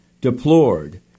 deplored